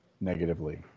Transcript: negatively